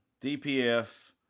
DPF